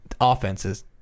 offenses